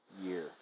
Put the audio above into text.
year